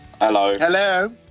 Hello